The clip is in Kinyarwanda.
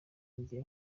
njye